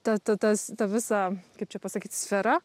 ta ta tas ta visa kaip čia pasakyt sfera